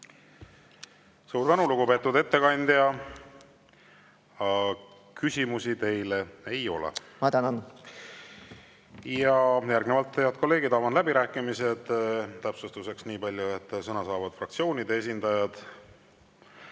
Suur tänu, lugupeetud ettekandja! Küsimusi teile ei ole. Ma tänan. Järgnevalt, head kolleegid, avan läbirääkimised. Täpsustuseks nii palju, et sõna saavad fraktsioonide esindajad.